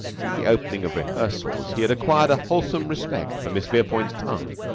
since the opening of rehearsals he had acquired a wholesome respect for miss verepoint's tongue.